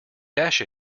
dash